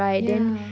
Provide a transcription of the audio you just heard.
yeah